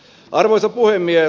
arvoisa puhemies